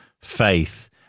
faith